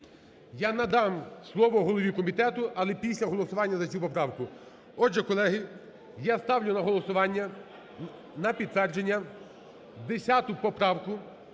Я надам слово голові комітету, але після голосування за цю поправку. Отже, колеги, ставлю на голосування на підтвердження 10 поправку.